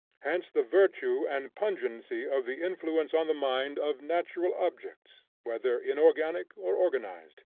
hence the virtue and pungency of the influence on the mind of natural objects, whether inorganic or organized.